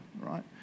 right